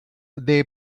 they